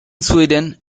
sweden